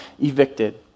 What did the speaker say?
evicted